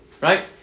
Right